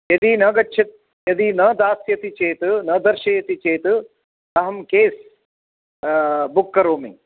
यदि न गच्छति यदि न दास्यति चेत् न दर्शयति चेत् अहं केस् बुक् करोमि